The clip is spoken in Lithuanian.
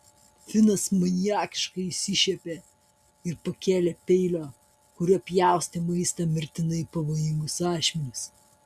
finas maniakiškai išsišiepė ir pakėlė peilio kuriuo pjaustė maistą mirtinai pavojingus ašmenis